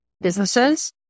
businesses